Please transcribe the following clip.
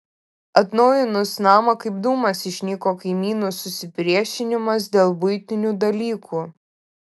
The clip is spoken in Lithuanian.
atnaujinus namą kaip dūmas išnyko kaimynų susipriešinimas dėl buitinių dalykų